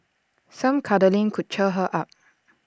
some cuddling could cheer her up